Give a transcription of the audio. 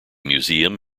museum